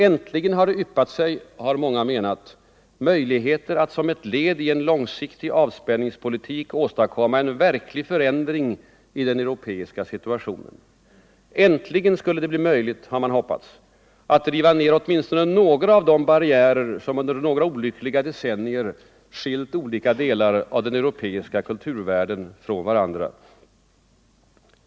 Äntligen har det yppat sig — har många menat — möjligheter att som ett led i en långsiktig avspänningspolitik åstadkomma en verklig förändring i den europeiska situationen. Äntligen skulle det bli möjligt — har man hoppats — att riva ner åtminstone några av de barriärer som under några olyckliga decennier skilt olika delar av den europeiska kulturvärlden från varandra.